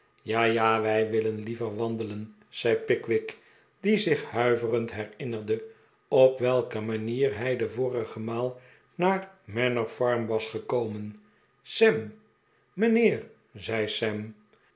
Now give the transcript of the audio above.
ja ja wij willen iiever wandelen zei pickwick die zich huiverend herinnerde op welke manier hij de vorige maal naar manor farm was gekomen sam mijnheer zei